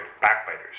backbiters